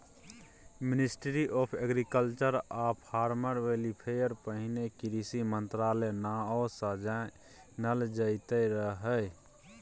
ministry of agriculture आ farmer welfare पहिने कृषि मंत्रालय नाओ सँ जानल जाइत रहय